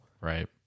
right